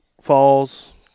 falls